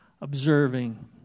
observing